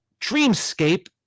Dreamscape